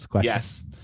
Yes